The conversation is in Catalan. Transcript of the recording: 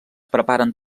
preparen